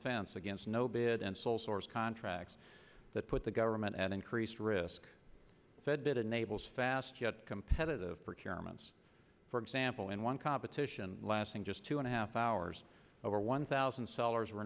defense against no bid and sole source contracts that put the government at increased risk that it enables fast yet competitive procurements for example in one competition lasting just two and a half hours over one thousand sellers were